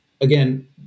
again